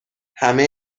همه